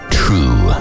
true